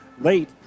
late